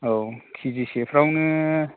औ केजिसेफ्रावनो